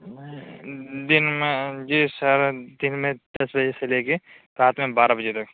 میں دِن میں جی سر دِن میں دس بجے سے لے کے رات میں بارہ بجے تک